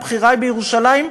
הבחירה היא בירושלים.